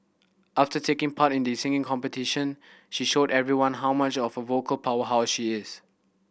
after taking part in the singing competition she showed everyone how much of a vocal powerhouse she is